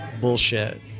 bullshit